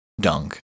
dunk